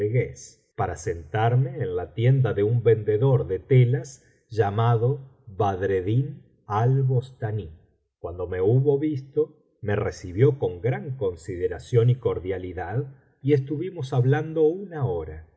para sentarme en la tienda de un vendedor de telas llamado badreddin albostanl cuando me hubo visto rae recibió con gran consideración y cordialidad y estuvimos hablando una hora